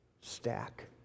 stack